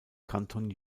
kanton